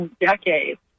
decades